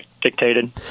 dictated